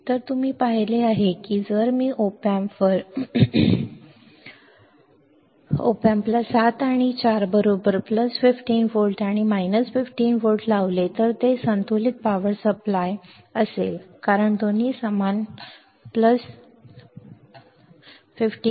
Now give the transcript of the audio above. तर तुम्ही बरोबर पाहिले आहे की जर मी op amp वर op amp ला 7 आणि 4 बरोबर प्लस 15 व्होल्ट आणि वजा 15 व्होल्ट लावले तर ते संतुलित वीज पुरवठा संतुलित असेल कारण दोन्ही समान प्लस 15 वजा आहेत 15